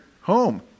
home